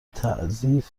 تعضیف